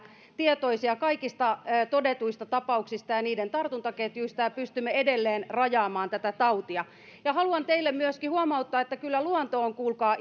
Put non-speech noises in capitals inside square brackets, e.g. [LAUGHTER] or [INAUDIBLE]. tietoisia kaikista todetuista tapauksista ja ja niiden tartuntaketjuista ja pystymme edelleen rajaamaan tätä tautia haluan teille myöskin huomauttaa että kyllä luonto on kuulkaa [UNINTELLIGIBLE]